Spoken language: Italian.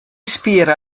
ispira